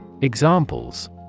Examples